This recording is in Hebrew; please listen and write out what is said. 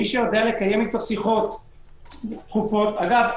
מי שיודע לקיים אתו שיחות תכופות אגב,